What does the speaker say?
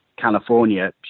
California